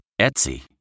Etsy